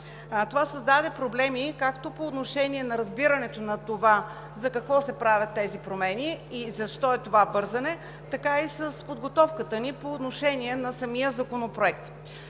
Това създаде проблеми както по отношение на разбирането на това за какво се правят тези промени и защо е това бързане, така и с подготовката ни на самия Законопроект.